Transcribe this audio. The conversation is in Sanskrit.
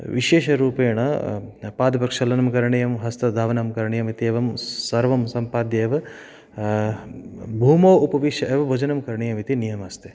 विशेषरूपेण पादप्रक्षालनं करणीयं हस्तधावनं करणीयम् इति एवं सर्वं सम्पाद्यैव भूमौ उपविश्य एव भोजनं करणीयमिति नियमः अस्ति